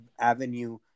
avenue